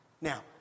Now